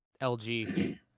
LG